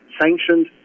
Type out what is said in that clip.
sanctioned